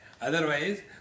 Otherwise